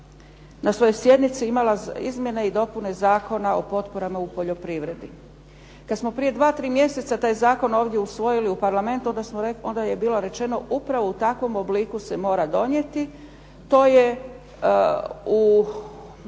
na svojoj sjednici imala izmjene i dopune Zakona o potporama u poljoprivredi. Kad smo prije 2, 3 mjeseca taj zakon ovdje usvojili u Parlamentu onda je bilo rečeno upravo u takvom obliku se mora donijeti, to je u